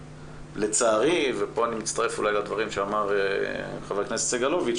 לצערי ופה אני מצטרף אולי לדברים שאמר ח"כ סגלוביץ,